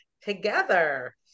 together